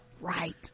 right